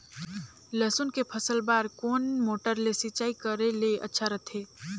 लसुन के फसल बार कोन मोटर ले सिंचाई करे ले अच्छा रथे?